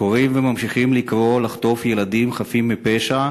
וקוראים וממשיכים לקרוא לחטוף ילדים חפים מפשע